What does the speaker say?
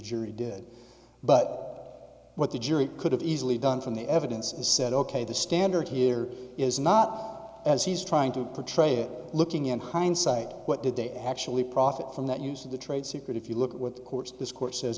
jury did but what the jury could have easily done from the evidence and said ok the standard here is not as he's trying to portray it looking in hindsight what did they actually profit from that use of the trade secret if you look at what the court's discourse